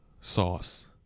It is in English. sauce